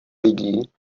lidí